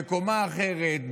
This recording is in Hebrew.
בקומה אחרת,